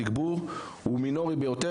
התגבור הוא מינורי ביותר,